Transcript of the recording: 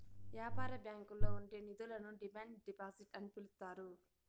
యాపార బ్యాంకుల్లో ఉండే నిధులను డిమాండ్ డిపాజిట్ అని పిలుత్తారు